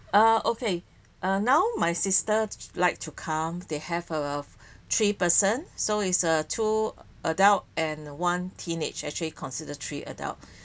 ah okay uh now my sisters like to come they have a three person so is a two adult and one teenage actually consider three adult